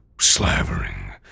slavering